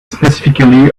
specifically